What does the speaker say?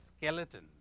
skeletons